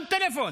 גם טלפון.